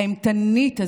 האימתנית הזאת,